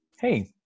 hey